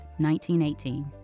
1918